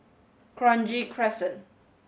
Kranji Crescent